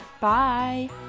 Bye